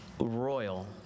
royal